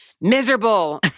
Miserable